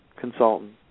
consultant